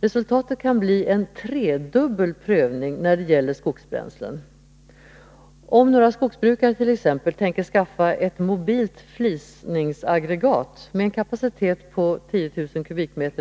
Resultatet kan bli en tredubbel prövning när det gäller skogsbränslen! Om några skogsbrukare t.ex. tänker skaffa ett mobilt flisningsaggregat med en kapacitet på 10000 m?